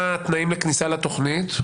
ומה התנאים לכניסה לתכנית?